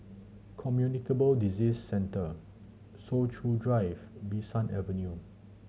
Communicable Disease Centre Soo Chow Drive Bee San Avenue